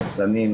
שקרנים,